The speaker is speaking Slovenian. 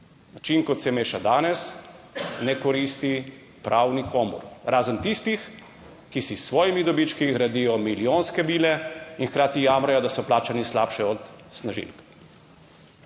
Način, kot se meša danes, ne koristi prav nikomur razen tistih, ki si s svojimi dobički gradijo milijonske vile in hkrati jamrajo, da so plačani slabše od snažilk.